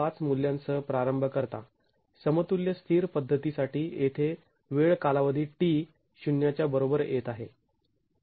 ५ मूल्यांसह प्रारंभ करता समतुल्य स्थिर पद्धतीसाठी येथे वेळ कालावधी T शून्याच्या बरोबर येत आहे